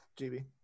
GB